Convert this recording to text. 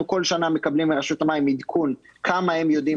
אנחנו כל שנה מקבלים מרשות המים עדכון כמה הם יודעים